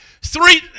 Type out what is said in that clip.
Three